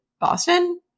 Boston